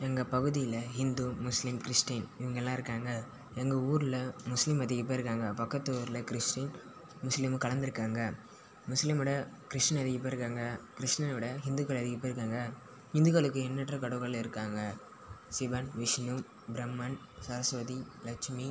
எங்கள் பகுதியில் இந்து முஸ்லீம் கிறிஸ்டின் இவங்க எல்லாம் இருக்காங்க எங்கள் ஊரில் முஸ்லீம் அதிகம் பேர் இருக்காங்க பக்கத்து ஊரில் கிறிஸ்டின் முஸ்லீமும் கலந்திருக்காங்க முஸ்லீமோட கிறிஸ்டின் அதிகம் பேர் இருக்காங்க கிறிஸ்டினை விட இந்துக்கள் அதிகம் பேர் இருக்காங்க இந்துக்களுக்கு எண்ணற்ற கடவுள்கள் இருக்காங்க சிவன் விஷ்ணு பிரம்மன் சரஸ்வதி லட்சுமி